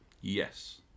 Yes